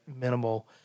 minimal